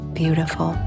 beautiful